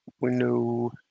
Window